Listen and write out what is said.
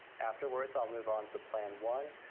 afterwards, i'll move on to plan one,